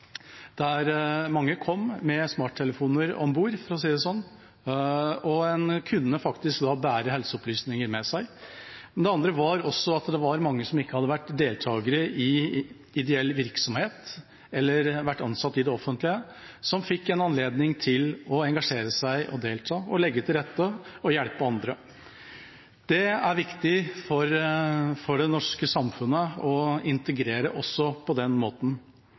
mange kom med smarttelefoner om bord, for å si det sånn, og en faktisk kunne bære helseopplysninger med seg. Det andre var at det var mange som ikke hadde vært deltakere i ideell virksomhet eller vært ansatt i det offentlige, som fikk anledning til å engasjere seg, delta, legge til rette og hjelpe andre. Det er viktig for det norske samfunnet å integrere også på den måten,